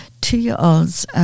two-year-olds